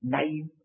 name